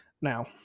Now